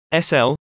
SL